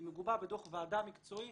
היא מגובה בדוח ועדה מקצועי,